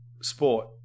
sport